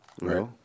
Right